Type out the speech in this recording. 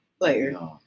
player